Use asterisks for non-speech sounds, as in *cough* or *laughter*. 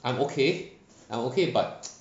I'm okay I'm okay but *noise*